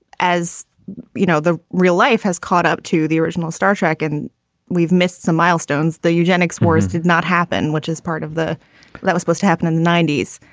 as you know, the real life has caught up to the original star trek and we've missed some milestones. the eugenics wars did not happen, which is part of the that's supposed to happen in the ninety s.